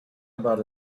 about